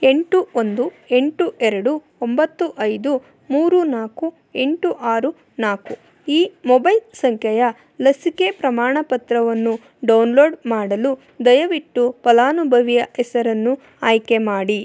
ಎಂಟು ಒಂದು ಎಂಟು ಎರಡು ಒಂಬತ್ತು ಐದು ಮೂರು ನಾಲ್ಕು ಎಂಟು ಆರು ನಾಲ್ಕು ಈ ಮೊಬೈಲ್ ಸಂಖ್ಯೆಯ ಲಸಿಕೆ ಪ್ರಮಾಣಪತ್ರವನ್ನು ಡೌನ್ಲೋಡ್ ಮಾಡಲು ದಯವಿಟ್ಟು ಫಲಾನುಭವಿಯ ಹೆಸರನ್ನು ಆಯ್ಕೆ ಮಾಡಿ